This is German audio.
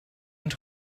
und